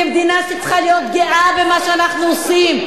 כמדינה שצריכה להיות גאה במה שאנחנו עושים.